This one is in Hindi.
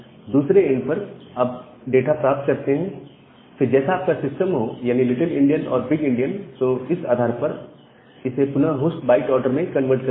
दूसरे एंड पर अब डाटा प्राप्त करते हैं फिर जैसा आपका सिस्टम हो यानी लिटिल इंडियन और बिग इंडियन तो इस आधार पर इसे पुनः होस्ट बाइट ऑर्डर में कन्वर्ट करते हैं